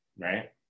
right